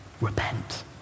Repent